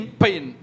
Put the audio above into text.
pain